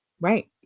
Right